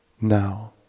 now